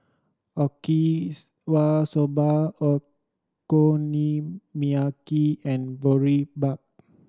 Okinawa Soba Okonomiyaki and Boribap